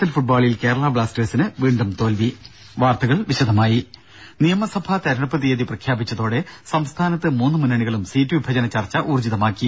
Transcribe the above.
L ഫുട്ബോളിൽ കേരള ബ്ലാസ്റ്റേഴ്സിന് വീണ്ടും തോൽവി വാർത്തകൾ വിശദമായി നിയമസഭാ തിരഞ്ഞെടുപ്പ് തിയ്യതി പ്രഖ്യാപിച്ചതോടെ സംസ്ഥാനത്ത് മൂന്ന് മുന്നണികളും സീറ്റ് വിഭജന ചർച്ച ഊർജ്ജിതമാക്കി